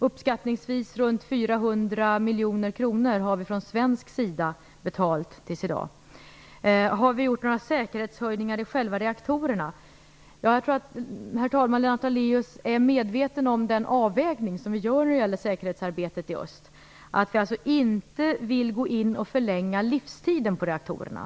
Uppskattningsvis runt 400 miljoner kronor har vi i dag från svensk sida betalat. Har vi åstadkommit några säkerhetshöjningar i själva reaktorerna? Jag tror, herr talman, att Lennart Daléus är medveten om den avvägning som vi gör när det gäller säkerhetsarbetet i öst. Vi vill alltså inte gå in och förlänga livstiden på reaktorerna.